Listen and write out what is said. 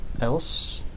else